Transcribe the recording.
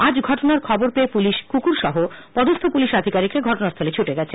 আজ ঘটনার খবর পেয়ে পুলিশ কুকুরসহ পদস্হ পুলিশ আধিকারিকরা ঘটনাস্থলে ছুটে গেছেন